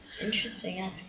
Interesting